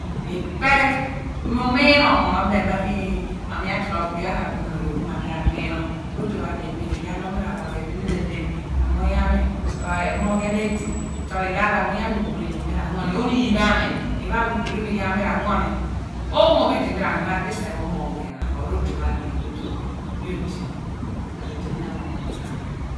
Ipe mi umiinom mun obem mo mi atologhu digheugh abunon awe ku mo mi ra minom rodon pho adien torobo iyaar lo mi ra wa ku edi nu ahle ni ammuny ami ephomoghan edi torobo iyaar di amumy am umu imi mi rango ni oonim pho am mem lo upuru imi iyaar m rango ni oomu pho idi mi rꞌanyo ghan diseph omoogh awe pho enaan pho rodon pho adien idhon pho m odi bo pe ku edi mi amooyh ooghaph oo.